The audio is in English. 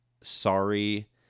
Sorry